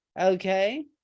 Okay